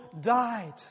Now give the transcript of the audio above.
died